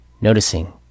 noticing